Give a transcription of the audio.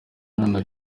nanone